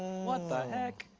what the heck?